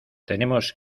tenemos